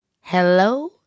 hello